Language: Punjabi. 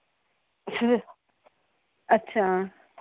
ਅੱਛਾ